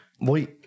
wait